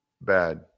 bad